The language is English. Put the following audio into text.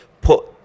put